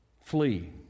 flee